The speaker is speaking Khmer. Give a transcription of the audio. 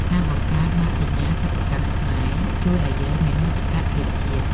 ការបង្កើតម៉ាកសញ្ញាសិប្បកម្មខ្មែរ ជួយឱ្យយើងមានមោទកភាពជាតិ។